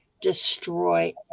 destroy